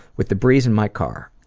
with the breeze in my car,